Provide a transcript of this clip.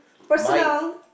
personal